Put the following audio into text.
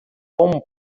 como